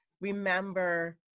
remember